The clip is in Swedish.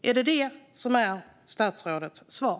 Är det statsrådets svar?